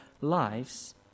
lives